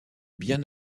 bien